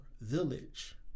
village